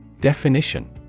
Definition